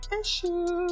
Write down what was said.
issues